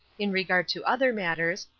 in regard to other matters,